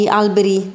alberi